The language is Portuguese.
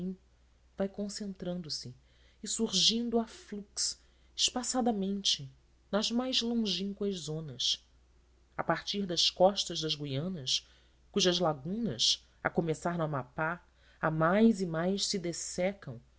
vão concentrando se e surgindo a flux espaçadamente nas mais longínquas zonas a partir da costa das guianas cujas lagunas a começar no amapá a mais e mais se dessecam